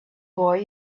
boy